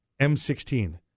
m16